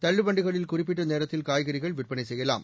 தள்ளு வண்டிகளில் குறிப்பிட்ட நேரத்தில் காய்கறிகள் விற்பனை செய்யலாம்